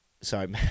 Sorry